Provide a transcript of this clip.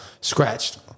scratched